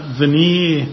veneer